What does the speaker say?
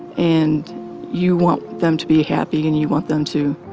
and you want them to be happy, and you want them to,